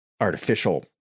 artificial